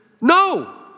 no